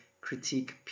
critique